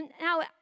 Now